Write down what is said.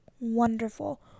wonderful